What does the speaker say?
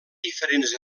diferents